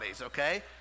okay